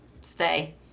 stay